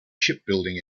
shipbuilding